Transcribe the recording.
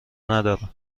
ندارم